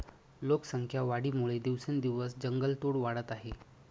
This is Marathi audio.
लोकसंख्या वाढीमुळे दिवसेंदिवस जंगलतोड वाढत आहे